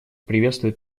приветствует